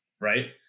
Right